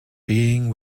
being